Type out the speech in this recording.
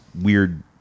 weird